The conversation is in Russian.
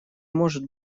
может